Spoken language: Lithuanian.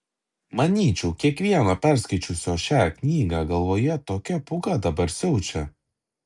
manyčiau kiekvieno perskaičiusio šią knygą galvoje tokia pūga dabar siaučia